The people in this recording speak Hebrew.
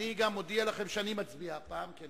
על-ידי ההפעלה גם נקבע את החברים